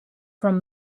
from